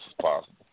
possible